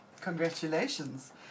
Congratulations